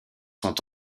sont